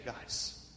guys